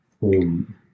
home